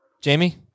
Jamie